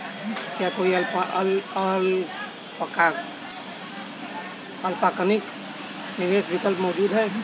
क्या कोई अल्पकालिक निवेश विकल्प मौजूद है?